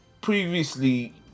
previously